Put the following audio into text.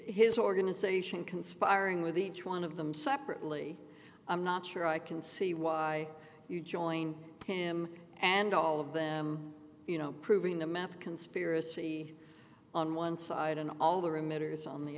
his organization conspiring with each one of them separately i'm not sure i can see why you joined him and all of them you know proving the meth conspiracy on one side and all the